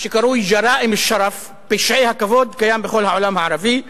מה שקרוי "גַ'רַאאִם אל-שַּרַף" "פשעי הכבוד" קיים בכל העולם הערבי.